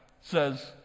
says